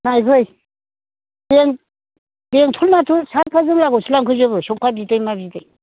नायफै बेंटलनाथ' सादोर जोमग्रा गस्ला फैजोबो सौखा बिदै मा बिदै